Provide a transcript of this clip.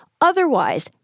Otherwise